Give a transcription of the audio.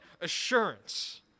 assurance